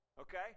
okay